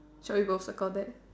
shall we both circle that